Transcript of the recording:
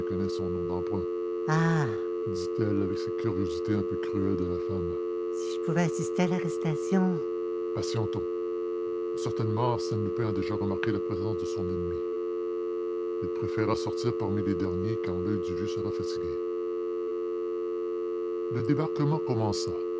connaisse son nom d'emprunt ah dit-elle avec cette curiosité un peu cruelle de la femme si je pouvais assister à l'arrestation patientons certainement arsène lupin a déjà remarqué la présence de son ennemi il préférera sortir parmi les derniers quand l'oeil du vieux sera fatigué le débarquement commença